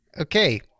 Okay